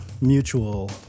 mutual